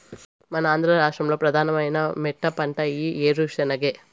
మన ఆంధ్ర రాష్ట్రంలో ప్రధానమైన మెట్టపంట ఈ ఏరుశెనగే